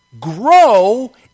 grow